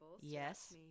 Yes